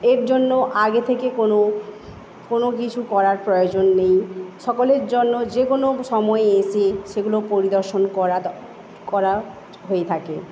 এর জন্য আগে থেকে কোনো কোনো কিছু করার প্রয়োজন নেই সকলের জন্য যে কোনো সময়ে এসে সেগুলো পরিদর্শন করা করা হয়ে থাকে